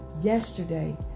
Yesterday